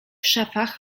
szafach